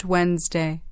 Wednesday